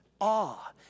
awe